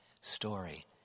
story